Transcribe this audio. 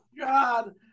God